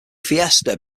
fiesta